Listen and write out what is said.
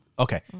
Okay